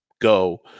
go